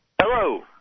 Hello